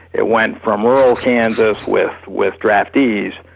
it went from rural kansas with with draftees,